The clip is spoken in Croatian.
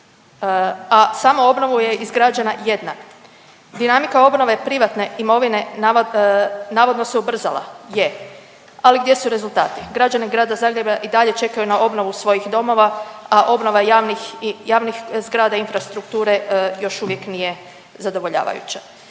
a samoobnovu je izgrađena jedna. Dinamika obnove privatne imovine navodno se ubrzala, je. Ali gdje su rezultati? Građani grada Zagreba i dalje čekaju na obnovu svojih domova, a obnova javnih i javnih zgrada infrastrukture još uvijek nije zadovoljavajuća.